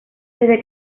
desde